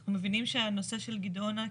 אנחנו מבינים שהנושא של גדעונה,